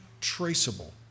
traceable